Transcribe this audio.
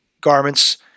garments